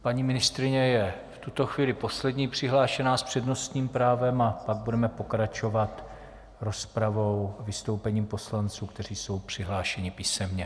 Paní ministryně je v tuto chvíli poslední přihlášená s přednostním právem, pak budeme pokračovat rozpravou vystoupením poslanců, kteří jsou přihlášeni písemně.